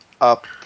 up